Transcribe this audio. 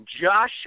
Josh